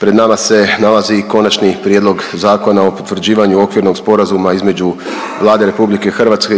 pred nama se nalazi i Konačni prijedlog Zakona o potvrđivanju Okvirnog sporazuma između Vlade RH